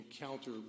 encounter